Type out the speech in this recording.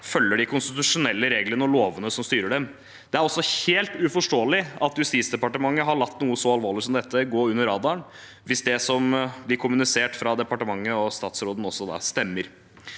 Redegjørelse om NSM-saken 2155 og lovene som styrer dem. Det er også helt uforståelig at Justisdepartementet har latt noe så alvorlig som dette gå under radaren, hvis det som blir kommunisert fra departementet og statsråden, stemmer.